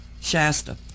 Shasta